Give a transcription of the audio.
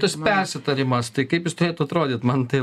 tas persitarimas tai kaip jis turėtų atrodyt man tai